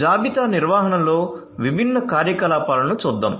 జాబితా నిర్వహణలో విభిన్న కార్యకలాపాలను చూద్దాం